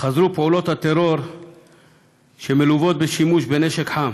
חזרו פעולות הטרור שמלוות בשימוש בנשק חם.